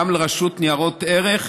גם לרשות ניירות ערך,